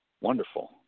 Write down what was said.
wonderful